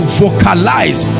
vocalize